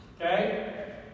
Okay